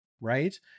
right